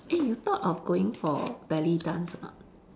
eh you thought of going for belly dance ah